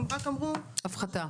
אלא רק אמרו שתהיה הפחתה.